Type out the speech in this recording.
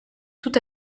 tout